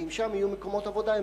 ואם שם יהיו מקומות עבודה,